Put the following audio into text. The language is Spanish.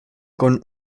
con